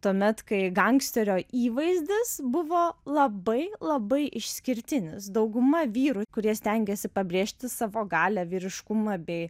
tuomet kai gangsterio įvaizdis buvo labai labai išskirtinis dauguma vyrų kurie stengėsi pabrėžti savo galią vyriškumą bei